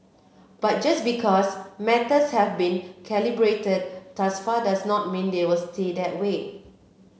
but just because matters have been calibrated thus far does not mean they will stay that way